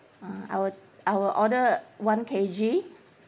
uh I wi~ I will order one K_G